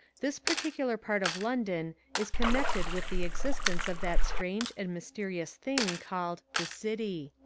this particular part of london is connected with the existence of that strange and mysterious thing called the city.